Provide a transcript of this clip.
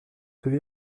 deux